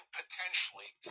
potentially